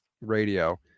radio